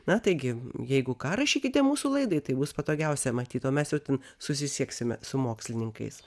na taigi jeigu ką rašykite mūsų laidai tai bus patogiausia matyt o mes jau ten susisieksime su mokslininkais